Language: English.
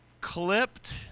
Clipped